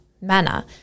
manner